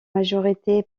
majorité